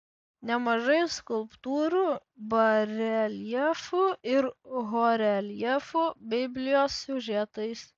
nemažai skulptūrų bareljefų ir horeljefų biblijos siužetais